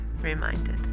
reminded